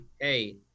hey